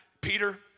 Peter